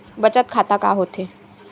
बचत खाता का होथे?